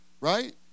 Right